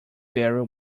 very